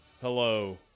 Hello